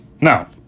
Now